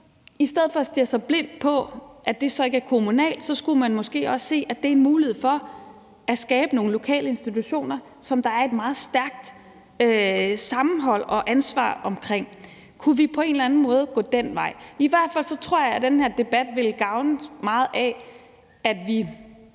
i stedet for at stirre sig blind på, at det ikke er kommunalt, måske skulle se, at det er en mulighed for at skabe nogle lokale institutioner, som der er et meget stærkt sammenhold og ansvar omkring. Kunne vi på en eller anden måde gå den vej? I hvert fald tror jeg, at den her debat vil have meget gavn af, at vi